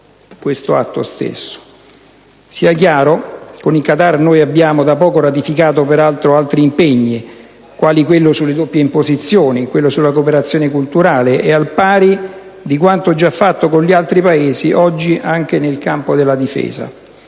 questo Atto. Sia chiaro che con il Qatar abbiamo da poco ratificato anche altri accordi, quali quello sulle doppie imposizioni, quello sulla cooperazione culturale e, al pari di quanto già fatto con altri Paesi, oggi anche nel campo della difesa.